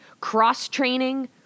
cross-training